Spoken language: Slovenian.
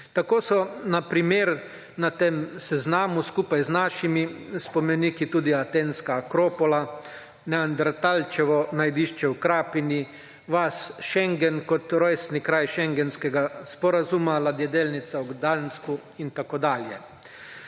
Tako so na primer na tem seznamu skupaj z našimi spomeniki tudi Atenska akropola, Neandertalčevo najdišče v Krapini, vas Schengen kot rojstni kraj Schengenskega sporazuma, Ladjedelnica / nerazumljivo/ in tako dalje.